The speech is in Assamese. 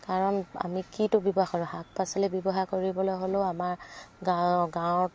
কাৰণ আমি কিটো ব্যৱহাৰ কৰোঁ শাক পাচলি ব্যৱহাৰ কৰিবলৈ হ'লেও আমাৰ গাঁ গাঁৱত